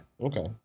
Okay